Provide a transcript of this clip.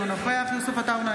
אינו נוכח יוסף עטאונה,